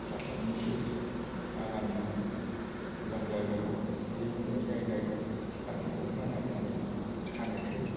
खास्लायनोसै आरामनो मोजां जायगायाव उदै बुंनाय जायगायाव गांसो बरहा नायनानै खानोसै